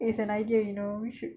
it is an idea you know we should